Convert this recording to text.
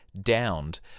downed